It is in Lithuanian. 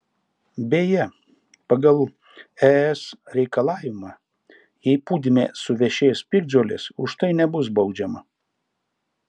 beje pagal es reikalavimą jei pūdyme suvešės piktžolės už tai nebus baudžiama